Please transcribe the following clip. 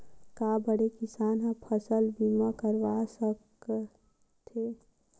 का बड़े किसान ह फसल बीमा करवा सकथे?